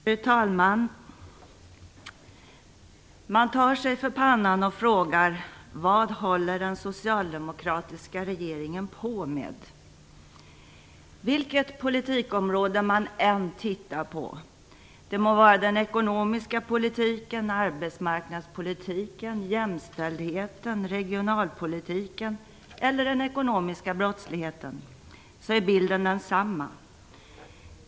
Fru talman! Man tar sig för pannan och frågar: Vad håller den socialdemokratiska regeringen på med? Vilket politikområde man än tittar på, det må vara den ekonomiska politiken, arbetsmarknadspolitiken, jämställdheten, regionalpolitiken eller den ekonomiska brottsligheten, är bilden densamma.